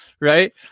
right